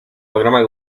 programa